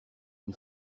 une